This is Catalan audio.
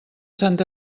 sant